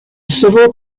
civil